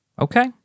Okay